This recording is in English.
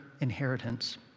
inheritance